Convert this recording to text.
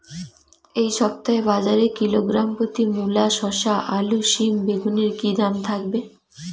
এই সপ্তাহে বাজারে কিলোগ্রাম প্রতি মূলা শসা আলু সিম বেগুনের কী দাম থাকবে?